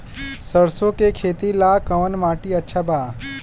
सरसों के खेती ला कवन माटी अच्छा बा?